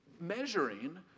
measuring